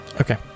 Okay